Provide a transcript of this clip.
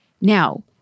Now